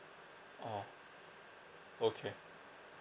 oh okay